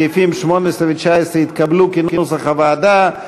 סעיפים 18 ו-19 התקבלו כנוסח הוועדה.